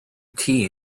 tea